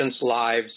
lives